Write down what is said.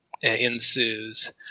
ensues